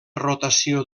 rotació